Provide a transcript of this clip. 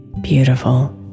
beautiful